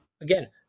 Again